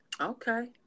okay